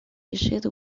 issued